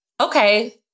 okay